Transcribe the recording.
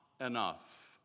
enough